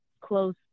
close